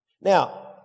Now